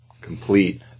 complete